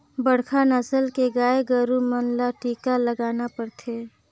बड़खा नसल के गाय गोरु मन ल टीका लगाना परथे